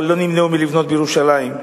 אבל לא נמנעו מלבנות בירושלים,